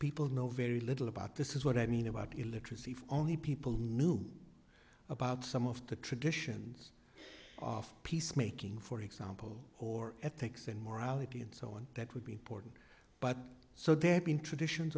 people know very little about this is what i mean about illiteracy only people knew about some of the traditions of peacemaking for example or ethics and morality and so on that would be important but so there have been traditions